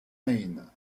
maine